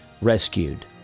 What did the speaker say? rescued